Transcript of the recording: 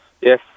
Yes